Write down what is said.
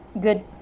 good